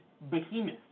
behemoth